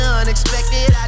unexpected